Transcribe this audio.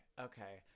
Okay